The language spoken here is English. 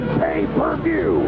pay-per-view